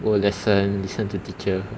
go lesson listen to teacher